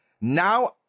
now